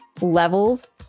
levels